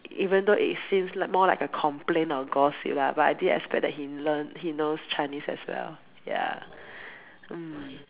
even though it seems more like a complaint or gossip lah but I didn't expect that he learn he knows Chinese as well ya mm